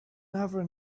never